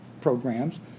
programs